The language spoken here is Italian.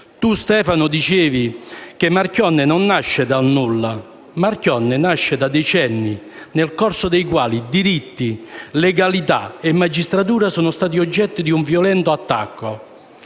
Tu, Stefano, dicevi che Marchionne non nasce dal nulla; Marchionne nasce da decenni nel corso dei quali diritti, legalità e magistratura sono stati oggetto di un violento attacco